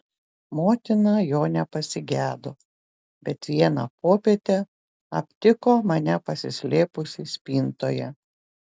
motina jo nepasigedo bet vieną popietę aptiko mane pasislėpusį spintoje